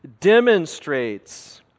demonstrates